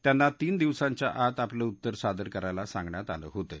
त्यांना तीन दिवसांच्या आत आपलं उत्तर सादर करायला सांगण्यात आलं होतं